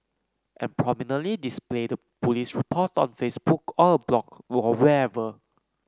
and prominently display the police report on Facebook or a blog or wherever